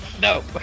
no